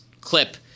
clip